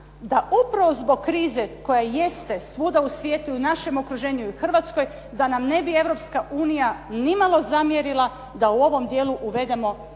da upravo zbog krize koja jeste svuda u svijetu i u našem okruženju i u Hrvatskoj, da nam ne bi Europska unija ni malo zamjerila da u ovom dijelu uvedemo